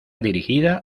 dirigida